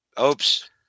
Oops